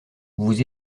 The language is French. vous